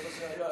זה מה שהיה.